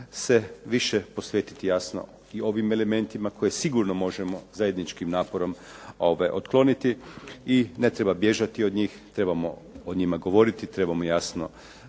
se više posvetiti jasno i ovim elementima koje sigurno možemo zajedničkim naporom otkloniti i ne treba bježati od njih, trebamo o njima govoriti, trebamo jasno